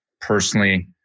personally